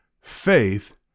Faith